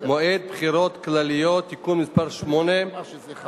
(מועד בחירות כלליות) (תיקון מס' 8),